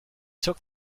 took